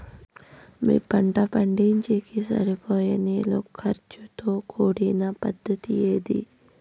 మీ పంట పండించేకి సరిపోయే నీళ్ల ఖర్చు తో కూడిన పద్ధతి ఏది?